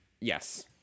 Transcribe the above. Yes